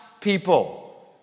people